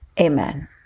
Amen